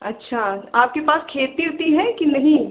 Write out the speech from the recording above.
अच्छा आपके पास खेती ओती है कि नहीं